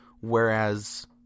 Whereas